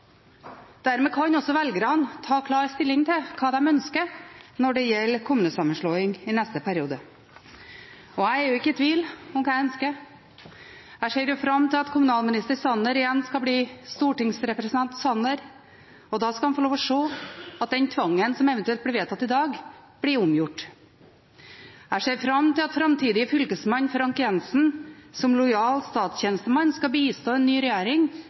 Dermed kan også velgerne ta klar stilling til hva de ønsker når det gjelder kommunesammenslåing i neste periode. Jeg er jo ikke i tvil om hva jeg ønsker. Jeg ser fram til at kommunalminister Sanner igjen skal bli stortingsrepresentant Sanner, og da skal han få lov til å se at den tvangen som eventuelt blir vedtatt i dag, blir omgjort. Jeg ser fram til at framtidig fylkesmann Frank J. Jenssen som lojal statstjenestemann skal bistå en ny regjering